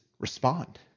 respond